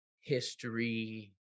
history